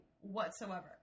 whatsoever